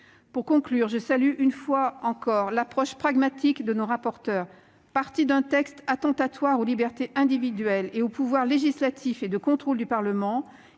Pour conclure, je salue une fois de plus l'approche pragmatique de nos rapporteurs. Partis d'un texte attentatoire aux libertés individuelles et au pouvoir législatif et de contrôle du Parlement,